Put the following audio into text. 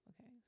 Okay